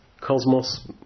cosmos